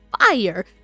fire